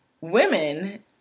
Women